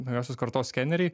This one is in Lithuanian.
naujosios kartos skeneriai